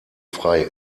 frei